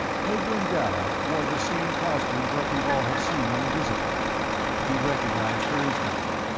hadron dalla wore the same costume verkan vall had seen on the visiplate he recognized her instantly.